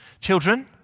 children